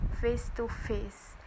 face-to-face